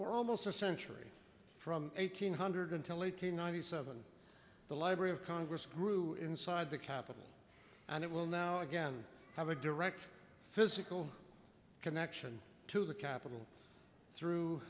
for almost a century from eight hundred to one hundred ninety seven the library of congress grew inside the capitol and it will now again have a direct physical connection to the capitol through